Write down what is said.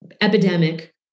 epidemic